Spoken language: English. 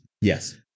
Yes